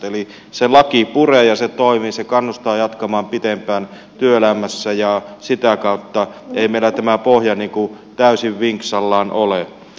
eli se laki puree ja se toimii se kannustaa jatkamaan pitempään työelämässä joten ei meillä tämä pohja täysin vinksallaan ole